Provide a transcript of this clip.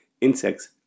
insects